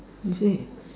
is it